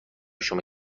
شما